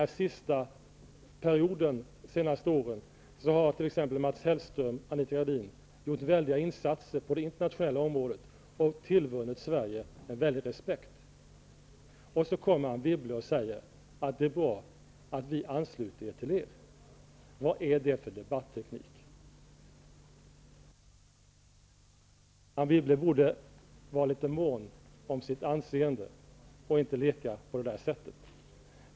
Under de senaste åren har t.ex. Mats Hellström och Anita Gradin gjort stora insatser på det internationella området och tillvunnit Sverige en stor respekt. Då kommer Anne Wibble och säger att det är bra att vi ansluter oss till dem. Vad är det för debatteknik? Anne Wibble borde vara litet mån om sitt anseende och inte leka på det sättet.